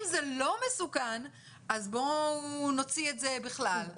אם זה לא מסוכן אז בואו נוציא את זה בכלל.